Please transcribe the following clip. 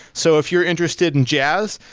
so if you're interested in jazz,